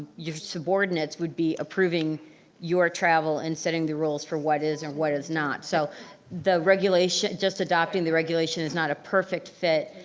your subordinates would be approving your travel, and setting the rules for what is and what is not. so the regulation, just adopting the regulation is not perfect fit,